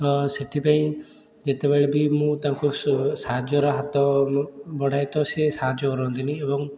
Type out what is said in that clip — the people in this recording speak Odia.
ତ ସେଥିପାଇଁ ଯେତେବେଳେ ବି ମୁଁ ତାଙ୍କୁ ସାହାଯ୍ୟର ହାତ ବଢ଼ାଏ ତ ସେ ସାହାଯ୍ୟ କରନ୍ତିନି ଏବଂ